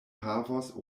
havos